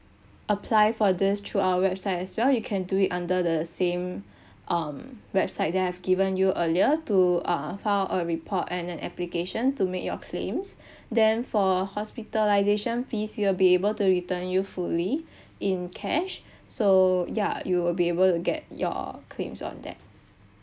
apply for this through our website as well you can do it under the same um website that I've given you earlier to uh file a report and the application to make your claims then for hospitalisation fees you'll be able to return you fully in cash so ya you will be able to get your all claims on that